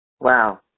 Wow